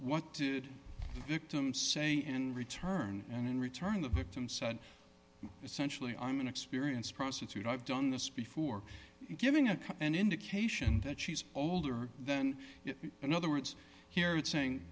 what did victim say in return and in return the victim said essentially i'm an experienced prostitute i've done this before giving a cup and indication that she's older than in other words here